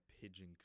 pigeon